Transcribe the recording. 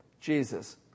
Jesus